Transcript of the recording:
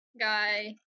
guy